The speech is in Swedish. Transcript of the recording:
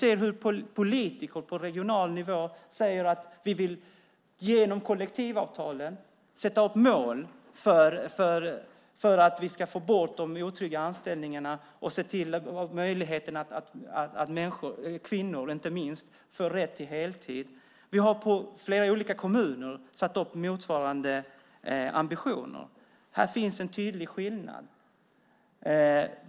På regional nivå säger politiker att de genom kollektivavtal vill sätta upp mål för att få bort de otrygga anställningarna och se till att människorna, inte minst kvinnorna, får rätt till heltid. Vi har motsvarande mål i flera kommuner. Här finns en tydlig skillnad mellan oss.